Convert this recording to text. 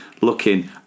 Looking